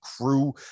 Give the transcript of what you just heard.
crew